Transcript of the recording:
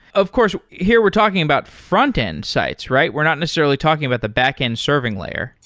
of course, here we're talking about frontend sites, right? we're not necessarily talking about the backend serving layer.